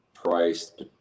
priced